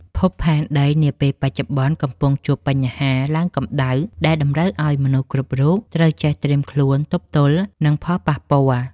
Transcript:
ភពផែនដីនាពេលបច្ចុប្បន្នកំពុងជួបបញ្ហាឡើងកម្ដៅដែលតម្រូវឱ្យមនុស្សគ្រប់រូបត្រូវចេះត្រៀមខ្លួនទប់ទល់នឹងផលប៉ះពាល់។